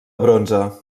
bronze